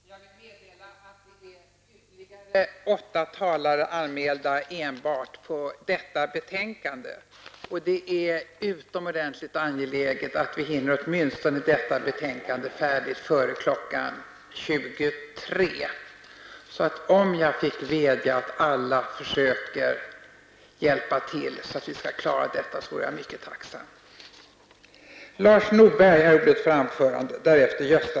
Jag vill meddela att ytterligare åtta talare är anmälda enbart på detta betänkande. Det är utomordentligt angeläget att vi hinner åtminstone detta ärende färdigt före klockan 23. Jag vädjar därför att alla försöker hjälpa till att klara detta.